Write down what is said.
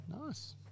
Nice